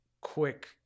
quick